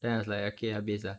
then I was like okay habis lah